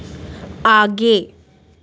आगे